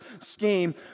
scheme